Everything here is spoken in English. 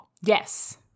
Yes